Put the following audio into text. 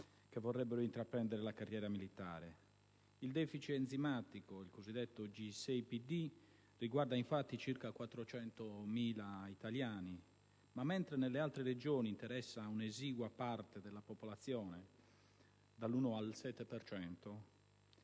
che vorrebbero intraprendere la carriera militare. Il deficit enzimatico relativo al cosiddetto G6PD riguarda infatti circa 400.000 italiani, ma, mentre nelle altre Regioni interessa un'esigua parte della popolazione (dall'1 al 7